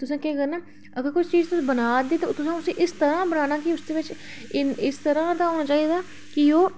तुसें केह् करना अगर कोई चीज बना दी ते तुसें इस तरह बनाना की उसदे बिच इस तरह दा होना चाहिदा कि ओह्